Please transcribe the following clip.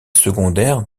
secondaire